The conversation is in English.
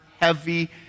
heavy